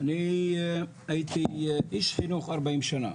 אני הייתי איש חינוך 40 שנה,